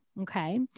Okay